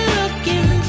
looking